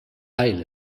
heil